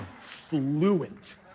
fluent